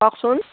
কওকচোন